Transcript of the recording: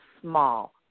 small